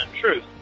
truth